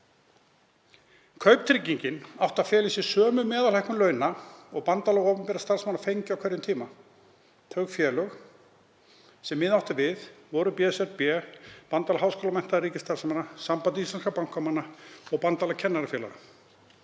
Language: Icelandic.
Kauptryggingin átti að fela í sér sömu meðalhækkun launa og bandalög opinberra starfsmanna fengju á hverjum tíma. Þau félög sem miða átti við voru BSRB, Bandalag háskólamenntaðra ríkisstarfsmanna, Samband íslenskra bankamanna og Bandalag kennarafélaga.